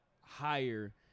higher